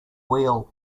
wheel